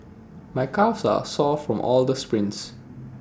my calves are sore from all the sprints